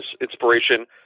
inspiration